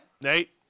Nate